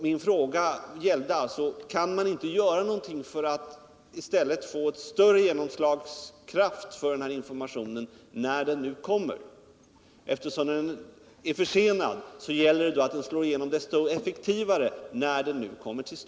Min fråga gällde alltså: Kan man inte göra någonting för att informationen, när den nu kommer, skall få större genomslagskraft? Eftersom den är försenad måste den slå igenom desto effektivare när den nu äntligen kommer.